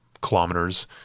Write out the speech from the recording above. kilometers